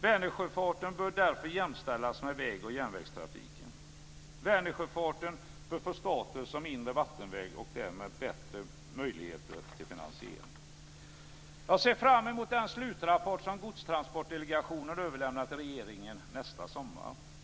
Vänersjöfarten bör därför jämställas med vägoch järnvägstrafiken. Vänersjöfarten bör få status som inre vattenväg och därmed bättre möjligheter till finansiering. Jag ser fram emot den slutrapport som Godstransportdelegationen överlämnar till regeringen nästa sommar.